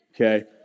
okay